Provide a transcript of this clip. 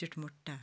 चिटमुट्टा